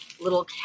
little